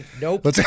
Nope